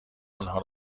آنها